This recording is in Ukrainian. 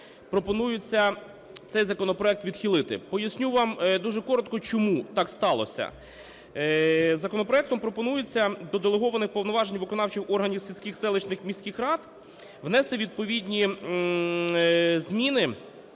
пропонується цей законопроект відхилити. Поясню вам дуже коротко, чому так сталося. Законопроектом пропонується до делегованих повноважень виконавчих органів сільських, селищних, міських рад внести відповідні зміни,